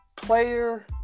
player